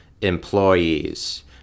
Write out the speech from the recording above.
employees